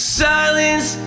silence